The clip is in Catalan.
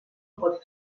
pot